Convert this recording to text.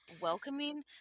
welcoming